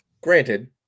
granted